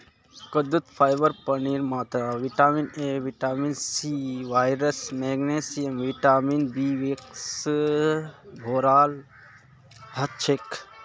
कद्दूत फाइबर पानीर मात्रा vitamin A vitamin C iron magnesium vitamin B six स भोराल हछेक